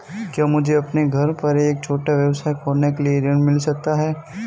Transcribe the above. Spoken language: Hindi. क्या मुझे अपने घर पर एक छोटा व्यवसाय खोलने के लिए ऋण मिल सकता है?